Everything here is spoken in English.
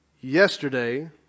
yesterday